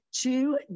two